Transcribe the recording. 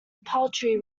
paltry